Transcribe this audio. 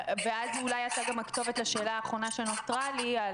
ואז אולי אתה גם הכתובת לשאלה האחרונה על השירותים